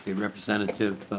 representative